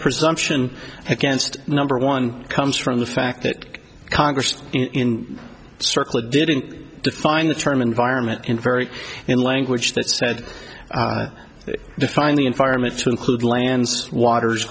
presumption against number one comes from the fact that congress in circle didn't define the term environment in very in language that said define the environment to include lands water